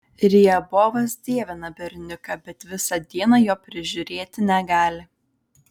riabovas dievina berniuką bet visą dieną jo prižiūrėti negali